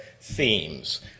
themes